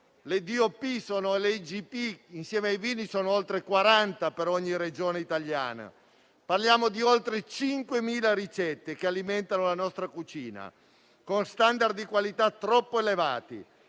Le DOP e le IGP, insieme ai vini, sono oltre 40 per ogni Regione italiana. Parliamo di oltre 5.000 ricette che alimentano la nostra cucina, con *standard* di qualità troppo elevati,